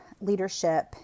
leadership